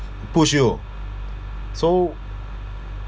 push you so